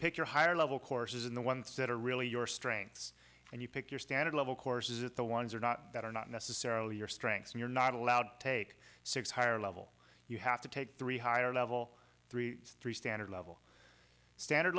pick your higher level courses in the ones that are really your strengths and you pick your standard level courses that the ones are not that are not necessarily your strengths and you're not allowed to take six higher level you have to take three higher level three three standard level standard